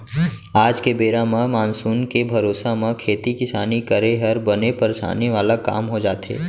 आज के बेरा म मानसून के भरोसा म खेती किसानी करे हर बने परसानी वाला काम हो जाथे